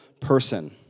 person